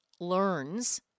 learns